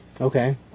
Okay